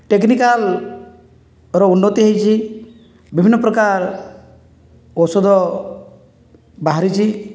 ଟେକ୍ନିକାଲର ଉନ୍ନତି ହୋଇଛି ବିଭିନ୍ନ ପ୍ରକାର ଔଷଧ ବାହାରିଛି